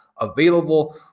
available